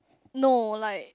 no like